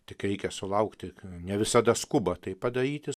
tik reikia sulaukti ne visada skuba tai padaryti